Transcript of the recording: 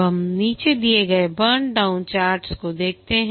अब हम नीचे दिए गए बर्न डाउन चार्ट्स को देखते हैं